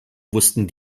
wussten